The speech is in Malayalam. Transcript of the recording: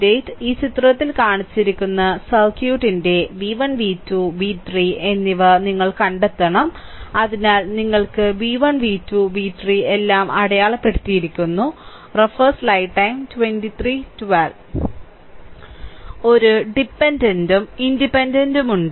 8 ഇ ചിത്രത്തിൽ കാണിച്ചിരിക്കുന്ന സർക്യൂട്ടിന്റെ v1 v2 v3 എന്നിവ നിങ്ങൾ കണ്ടെത്തണം അതിനാൽ നിങ്ങൾക്ക് v1 v2 v3 എല്ലാം അടയാളപ്പെടുത്തിയിരിക്കുന്നു ഒരു ഡിപെൻഡന്റ് ഉം ഇൻഡിപെൻഡന്റ് ഉം ഉണ്ട്